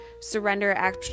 surrender